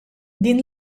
din